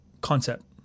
concept